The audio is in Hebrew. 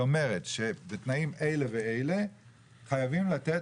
שאומרת שבתנאים אלה ואלה חייבים לתת,